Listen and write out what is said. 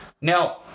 Now